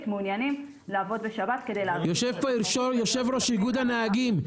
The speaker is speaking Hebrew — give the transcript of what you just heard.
מעוניינים לעבוד בשבת כדי להרוויח --- יושב פה יו"ר איגוד הנהגים,